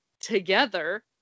together